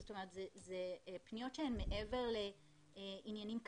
זאת אומרת, אלה פניות שהן מעבר לעניינים כספיים,